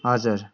हजुर